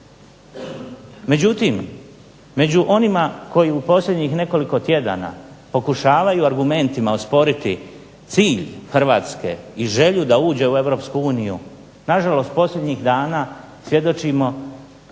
Međutim među onima koji u posljednjih nekoliko tjedana pokušavaju argumentima osporiti cilj Hrvatske i želju da uđe u EU nažalost posljednjih dana svjedočimo